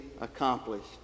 accomplished